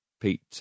Pete